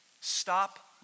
Stop